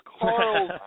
Carl